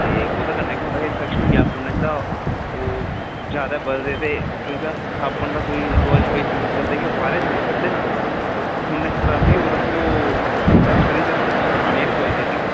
ते ओह्दे कन्नै केह् होंदा कि इन्फैक्शन होई जा खूनै च ता ओह् जैदा बधदे ते क्योंकि अस साबन जां कोई दोआई दवुई यूज करदे क्योंकि ओह् बाहरें यूज करदे ना ते खूनै च खराबी होग ता फिर ओह् अस खून टैस्ट करियै भी तुसें ईं खाने आह्ली दोआई देगे